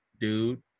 dude